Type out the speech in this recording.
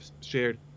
shared